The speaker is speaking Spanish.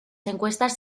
encuestas